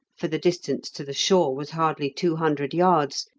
for the distance to the shore was hardly two hundred yards,